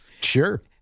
sure